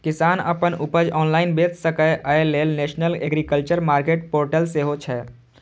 किसान अपन उपज ऑनलाइन बेच सकै, अय लेल नेशनल एग्रीकल्चर मार्केट पोर्टल सेहो छै